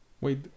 Wait –